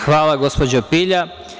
Hvala gospođo Pilja.